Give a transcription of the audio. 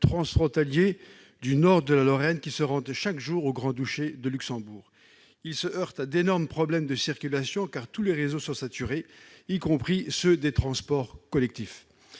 transfrontaliers du nord de la Lorraine, qui se rendent chaque jour dans le Grand-Duché de Luxembourg. Ils se heurtent à d'énormes problèmes de circulation, car tous les réseaux sont saturés, y compris ceux des transports collectifs.